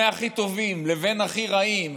מהכי טובים להכי רעים,